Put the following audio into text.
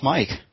Mike